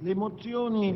le mozioni